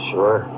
Sure